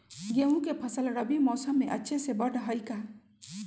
गेंहू के फ़सल रबी मौसम में अच्छे से बढ़ हई का?